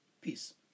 Peace